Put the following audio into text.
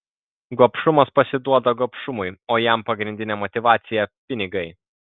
gobšumas pasiduoda gobšumui o jam pagrindinė motyvacija pinigai